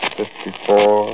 fifty-four